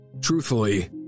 Truthfully